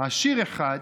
עשיר אחד